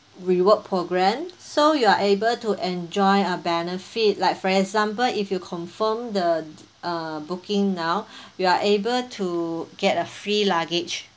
reward programme so you are able to enjoy a benefit like for example if you confirm the uh booking now you are able to get a free luggage